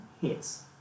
hits